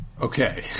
Okay